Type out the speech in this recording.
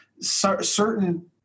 certain